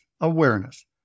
awareness